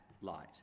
light